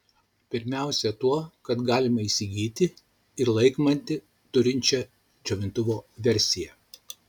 pirmiausiai tuo kad galima įsigyti ir laikmatį turinčią džiovintuvo versiją